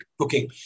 cooking